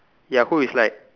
ya who you slide